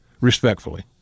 respectfully